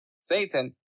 Satan